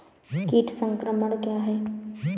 कीट संक्रमण क्या है?